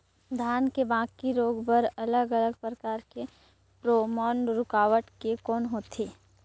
धान के बाकी रोग बर अलग अलग प्रकार के फेरोमोन रूकावट के कौन होथे?